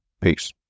Peace